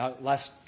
last